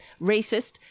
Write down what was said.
racist